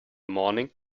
morning